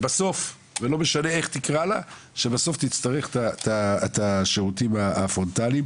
ולא משנה איך תקרא לה שבסוף תצטרך את השירותים הפרונטליים,